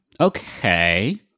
Okay